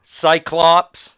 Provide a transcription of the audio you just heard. Cyclops